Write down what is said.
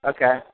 Okay